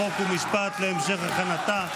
חוק ומשפט להמשך הכנתה.